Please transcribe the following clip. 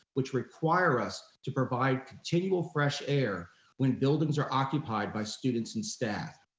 which require us to provide continual fresh air when buildings are occupied by students and staff.